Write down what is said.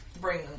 bring